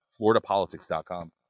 floridapolitics.com